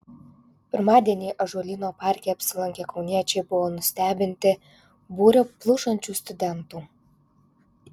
pirmadienį ąžuolyno parke apsilankę kauniečiai buvo nustebinti būrio plušančių studentų